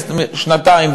שנתיים,